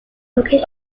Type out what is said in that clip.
focus